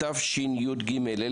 התשי"ג 1953,